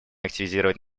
активизировать